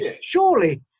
surely